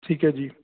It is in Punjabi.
ਠੀਕ ਹੈ ਜੀ